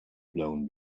blown